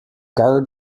guard